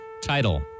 Title